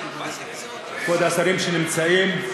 כבוד השרים שנמצאים,